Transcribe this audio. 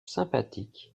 sympathique